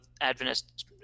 Adventists